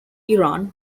iran